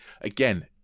Again